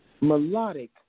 Melodic